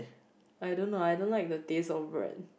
I don't know I don't like the taste of bread